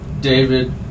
David